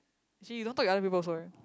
actually you don't talk to other people also eh